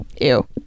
ew